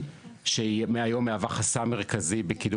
שהיא מהיום מהווה חסם מרכזי בקידום